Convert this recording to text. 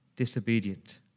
Disobedient